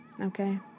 okay